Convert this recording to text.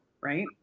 right